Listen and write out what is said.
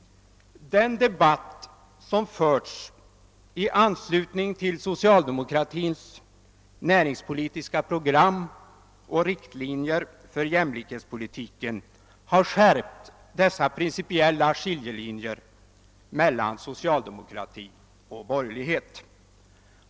Den debatt som förts i anslutning till socialdemokratins näringspolitiska program och riktlinjer för jämlikhetspolitiken har skärpt dessa principiella skiljelinjer mellan socialdemokrati och borgerlighet.